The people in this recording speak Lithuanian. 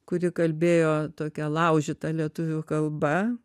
kuri kalbėjo tokia laužyta lietuvių kalba